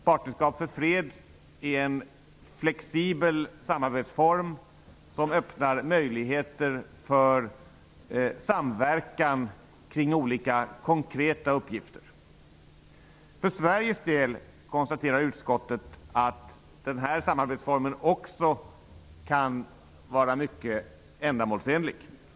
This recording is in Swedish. Partnerskap för fred är en flexibel samarbetsform som öppnar möjligheter för samverkan kring olika konkreta uppgifter. Utskottet konstaterar att denna samarbetsform också kan vara mycket ändamålsenlig för Sveriges del.